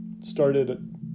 started